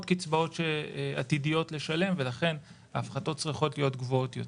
קצבאות שעתידיות לשלם ולכן ההפחתות צריכות להיות גבוהות יותר.